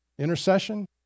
intercession